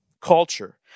culture